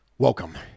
Welcome